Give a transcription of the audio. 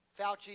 Fauci